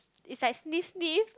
it's like sniff sniff